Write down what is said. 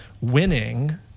winning